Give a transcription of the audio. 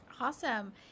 Awesome